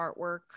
artwork